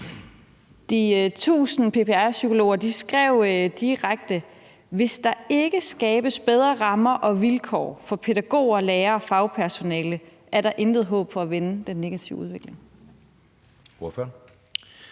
De 1.000 PPR-psykologer skrev direkte: Hvis der ikke skabes bedre rammer og vilkår for pædagoger, lærere og fagpersonale, er der »intet håb for at vende den negative udvikling« .